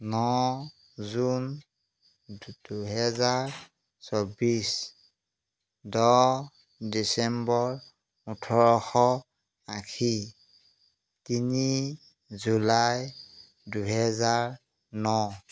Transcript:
ন June দুহেজাৰ চৌবিছ দহ ডিচেম্বৰ ওঠৰশ আশী তিনি জুলাই দুহেজাৰ ন